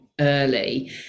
early